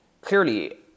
clearly